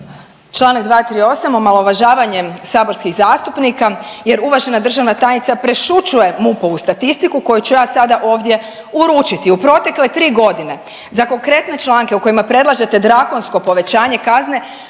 Čl. 238. Omalovažavanje saborskih zastupnika jer uvažena državna tajnica prešućuje MUP-ovu statistiku koju ću ja sada ovdje uručiti. U protekle 3 godine za konkurentne članke u kojima predlažete drakonsko povećanje kazne